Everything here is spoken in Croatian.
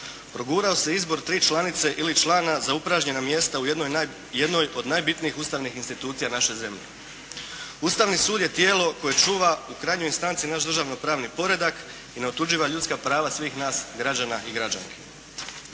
progurao se tri članice ili člana za upražnjena mjesta u jednoj od najbitnijih ustavnih institucija naše zemlje. Ustavni sud je tijelo koje čuva u krajnjoj instanci naš državno-pravni poredak i neotuđiva ljudska prava svih nas građana i građanki.